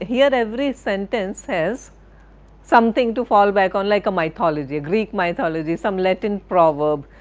here, every sentence has something to fall back, um like a mythology, a greek mythology, some latin proverb,